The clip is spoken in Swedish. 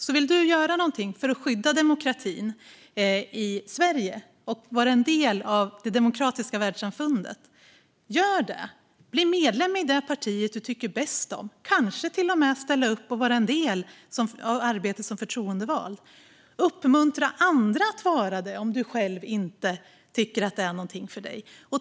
Så vill du göra någonting för att skydda demokratin i Sverige och vara en del av det demokratiska världssamfundet, gör det! Bli medlem i det parti du tycker bäst om! Du kanske till och med kan ställa upp och arbeta som förtroendevald. Uppmuntra andra att vara det om du själv inte tycker att det är någonting för dig.